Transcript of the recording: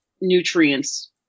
nutrients